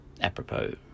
apropos